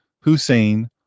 Hussein